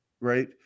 Right